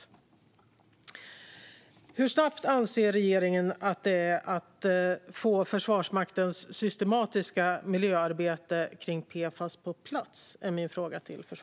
Jag vill fråga försvarsministern hur bråttom regeringen anser att det är att få Försvarsmaktens systematiska miljöarbete kring PFAS på plats.